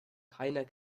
keiner